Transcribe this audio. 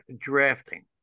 drafting